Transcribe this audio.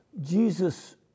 Jesus